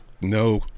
No